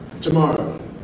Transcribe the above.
tomorrow